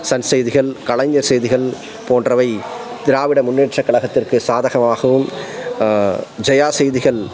Sun செய்திகள் கலைஞர் செய்திகள் போன்றவை திராவிட முன்னேற்றக் கழகத்திற்கு சாதகமாகவும் ஜெயா செய்திகள்